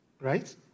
Right